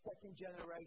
second-generation